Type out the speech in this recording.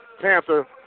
Panther